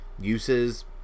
uses